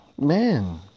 man